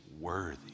worthy